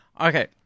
Okay